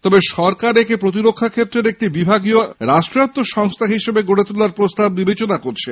তবে সরকার একে প্রতিরক্ষা ক্ষেত্রের এক বিভাগীয় রাষ্ট্রায়ত্ত সংস্থা হিসেবে গড়ে তোলার একটি প্রস্তাব বিবেচনা করছে